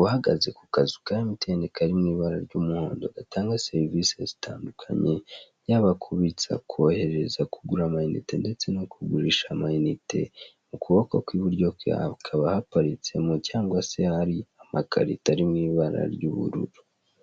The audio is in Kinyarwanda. uhagaze ku kazu ka emutiyene kari mu ibara ry'umuhondo, gatanga serivise zitandukanye, yaba kubitsa, kohereza, kugura amayinitse, ndetse no kugurisha amayinite. Mu kuboko kw'iburyo kwe hakaba haparitsemo cyangwa se hari amakarito ari mu ibara ry'ubururu.